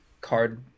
card